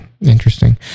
Interesting